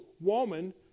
woman